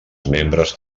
membres